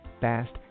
Fast